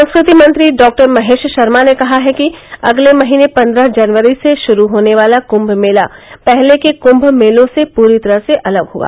संस्कृति मंत्री डॉक्टर महेश शर्मा ने कहा है कि अगले महीने पन्द्रह जनवरी से शुरू होने वाला कुम्म मेला पहले के कुम्म मेलों से पूरी तरह अलग होगा